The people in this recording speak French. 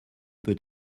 peut